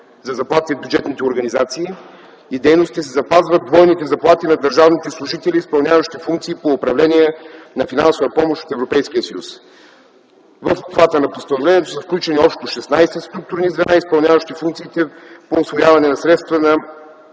за заплатите в бюджетните организации и дейности се запазват двойните заплати на държавните служители, изпълняващи функции по управление на финансова помощ от Европейския съюз. В обхвата на постановлението се включени общо 16 структурни звена, изпълняващи функциите по усвояване на средствата